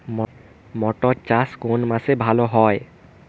মটর চাষ কোন মাসে ভালো হয়?